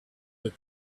that